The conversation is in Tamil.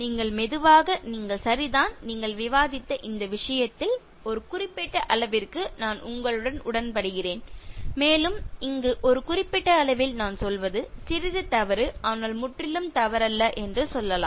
நீங்கள் மெதுவாக நீங்கள் சரிதான் நீங்கள் விவாதித்த இந்த விஷயத்தில் ஒரு குறிப்பிட்ட அளவிற்கு நான் உங்களுடன் உடன்படுகிறேன் மேலும் இங்கு ஒரு குறிப்பிட்ட அளவில் நான் சொல்வது சிறிது தவறு ஆனால் முற்றிலும் தவறல்ல என்று சொல்லலாம்